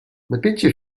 napięcie